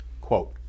quote